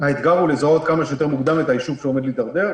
האתגר הוא לזהות כמה שיותר מוקדם את היישוב שעומד להתדרדר,